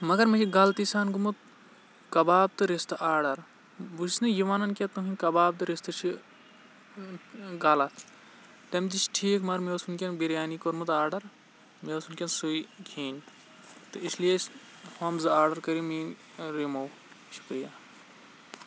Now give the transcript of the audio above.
مَگَر مےٚ چھِ غلطی سان گوٚمُت کَبابہٕ تہٕ رِستہٕ آرڈَر بہٕ چھُس نہٕ یہِ وَنان کہِ تُہٕنٛدۍ کَباب تہٕ رِستہٕ چھِ غلط تِم تہِ چھِ ٹھیٖک مَگَر مےٚ اوس وُنکیٚن بِرِیانی کوٚرمُت آرڈَر مےٚ اوس ونکیٚنَس سُے کھیٚنۍ تہٕ اِسلیے ہُم زٕ آرڈَر کٔرِو میٛٲنۍ رِموٗ شُکرِیہ